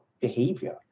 behavior